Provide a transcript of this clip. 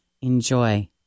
enjoy